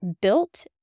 built